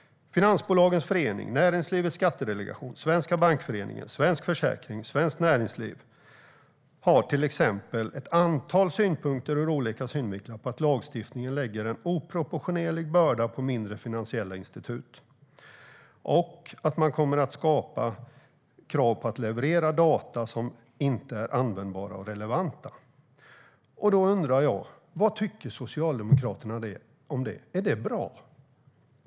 Finansbolagens Förening, Näringslivets Skattedelegation, Svenska Bankföreningen, Svensk Försäkring och Svenskt Näringsliv, till exempel, har ett antal synpunkter ur olika synvinklar på att lagstiftningen lägger en oproportionerlig börda på mindre, finansiella institut och att man kommer att skapa krav på att leverera data som inte är användbara och relevanta. Då undrar jag: Vad tycker Socialdemokraterna om det? Är det bra?